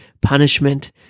punishment